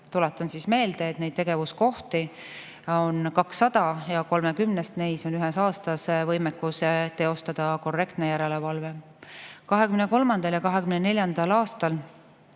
Tuletan meelde, et neid tegevuskohti on 200 ja 30-s neist on ühes aastas võimekus teostada korrektne järelevalve. 2023. ja 2024. aastal